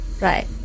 Right